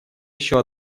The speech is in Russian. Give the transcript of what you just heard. еще